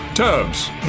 Tubs